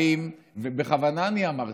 האם, ובכוונה אני אמרתי: